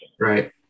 Right